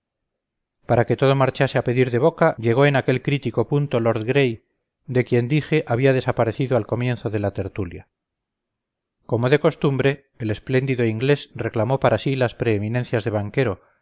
para que todo marchase a pedir de boca llegó en aquel crítico punto lord gray de quien dije había desaparecido al comienzo de la tertulia como de costumbre el espléndido inglés reclamó para sí las preeminencias de banquero